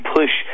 push